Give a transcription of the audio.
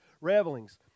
revelings